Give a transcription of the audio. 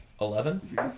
Eleven